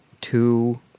two